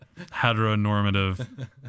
heteronormative